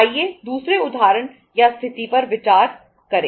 आइए दूसरे उदाहरण या स्थिति पर विचार करें